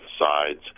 sides